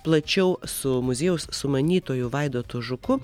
plačiau su muziejaus sumanytoju vaidotu žuku